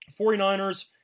49ers